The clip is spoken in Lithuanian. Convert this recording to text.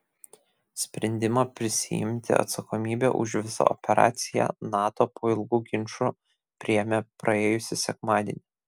sprendimą prisiimti atsakomybę už visą operaciją nato po ilgų ginčų priėmė praėjusį sekmadienį